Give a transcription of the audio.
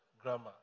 grammar